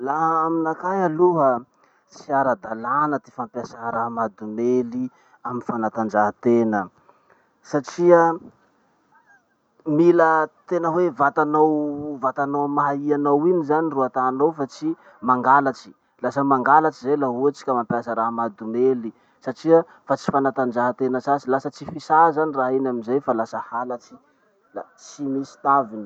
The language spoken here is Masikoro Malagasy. Laha aminakahy aloha, tsy ara-dalàna ty fampiasa raha mahadomely amy fanatanjahatena. Satria mila tena hoe vatanao vatanao amy maha i anao iny zany ro atanao fa tsy mangalatsy. Lasa mangalatsy zay la ohatsy ka mampiasa raha mahadomely satria fa tsy fanatanjahatena sasy, lasa tsy fisà zany raha iny amizay fa lasa halatsy, tsy misy taviny.